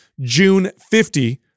JUNE50